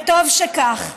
וטוב שכך,